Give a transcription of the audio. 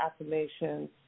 affirmations